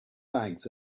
bags